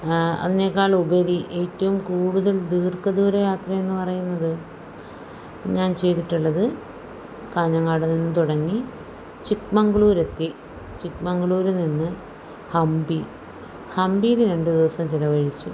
അതിനേക്കാളുപരി ഏറ്റവും കൂടുതൽ ദീർഘദൂര യാത്രയെന്നു പറയുന്നത് ഞാൻ ചെയ്തിട്ടുള്ളത് കാഞ്ഞങ്ങാട് നിന്ന് തുടങ്ങി ചിക്ക്മംഗ്ളൂരത്തി ചിക്ക്മംഗ്ളൂർ നിന്ന് ഹമ്പി ഹമ്പിയിൽ രണ്ട് ദിവസം ചിലവഴിച്ചു